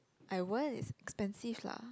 I won't it's expensive lah